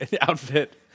outfit